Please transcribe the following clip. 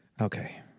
Okay